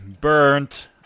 burnt